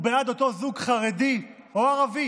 הוא בעד אותו זוג חרדי או ערבי